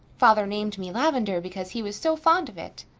father named me lavendar because he was so fond of it.